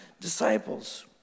disciples